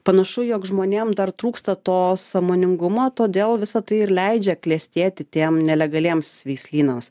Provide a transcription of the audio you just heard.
panašu jog žmonėm dar trūksta to sąmoningumo todėl visa tai ir leidžia klestėti tiem nelegaliems veislynams